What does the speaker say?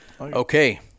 okay